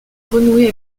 renouer